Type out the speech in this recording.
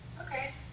Okay